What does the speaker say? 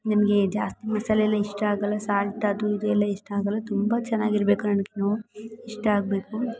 ನನಗೆ ಜಾಸ್ತಿ ಮಸಾಲೆ ಎಲ್ಲ ಇಷ್ಟ ಆಗಲ್ಲ ಸಾಲ್ಟ್ ಅದು ಇದು ಎಲ್ಲ ಇಷ್ಟ ಆಗಲ್ಲ ತುಂಬ ಚೆನ್ನಾಗಿರ್ಬೇಕು ಇಷ್ಟ ಆಗಬೇಕು